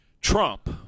Trump